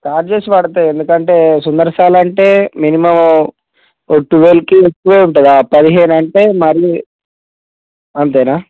charges పడతాయి ఎందుకంటే సుందరశాల అంటే మినిమం ఓ ట్వెల్వ్కి ఎక్కువే ఉంటుంది పదిహేను అంటే మరీ అంతేనా